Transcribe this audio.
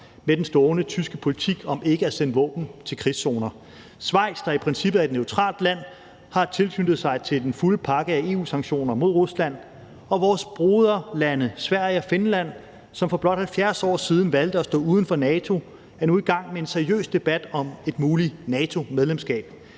med den stående tyske politik om ikke at sende våben til krigszoner. Schweiz, der i princippet er et neutralt land, har tilsluttet sig den fulde pakke af EU-sanktioner mod Rusland. Og vores broderlande Sverige og Finland, som for blot 70 år siden valgte at stå uden for NATO, er nu i gang med en seriøs debat om et muligt NATO-medlemskab.